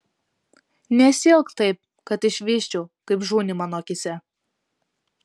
nesielk taip kad išvysčiau kaip žūni mano akyse